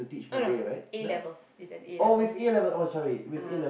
oh no A-Levels it's an A-Levels ah